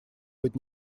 быть